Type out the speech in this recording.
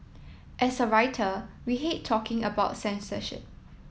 as a writer we hate talking about censorship